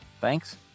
Thanks